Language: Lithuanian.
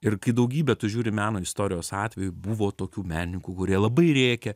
ir kai daugybė tu žiūri meno istorijos atvejų buvo tokių menininkų kurie labai rėkė